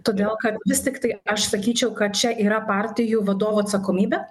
todėl kad vis tiktai aš sakyčiau kad čia yra partijų vadovų atsakomybė